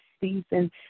season